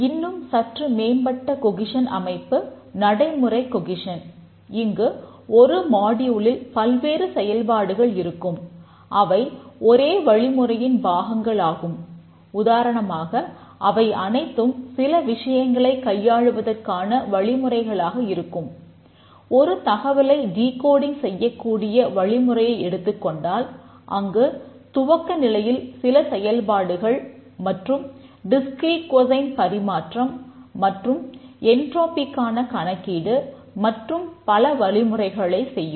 இன்னும் சற்று மேம்பட்ட கொகிஷன் கணக்கீடு மற்றும் பல வழிமுறைகளைச் செய்யும்